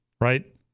right